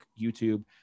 YouTube